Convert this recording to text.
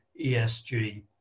ESG